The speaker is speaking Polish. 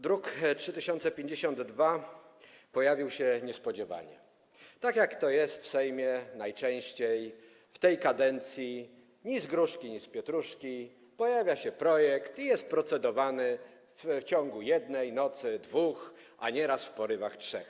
Druk nr 3052 pojawił się niespodziewanie, tak jak to jest najczęściej w tej kadencji Sejmu: ni z gruszki, ni z pietruszki pojawia się projekt i jest procedowany w ciągu jednej nocy, dwóch, a w porywach trzech.